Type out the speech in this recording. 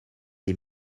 les